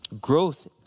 Growth